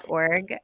org